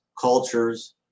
cultures